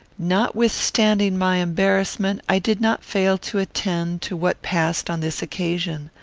notwithstanding my embarrassment, i did not fail to attend to what passed on this occasion.